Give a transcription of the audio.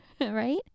right